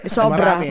sobra